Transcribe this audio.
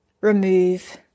remove